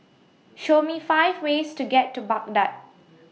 Show Me five ways to get to Baghdad